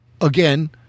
again